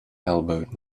elbowed